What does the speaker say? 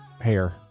hair